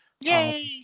Yay